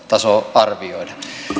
arvioida